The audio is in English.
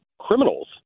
criminals